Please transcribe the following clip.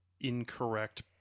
incorrect